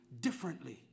differently